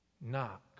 Knock